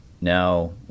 now